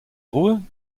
ruhe